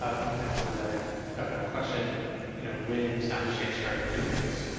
ah coming back to linda, i have a question you know, when soundexchange started doing this,